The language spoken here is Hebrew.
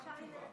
ההצעה להעביר את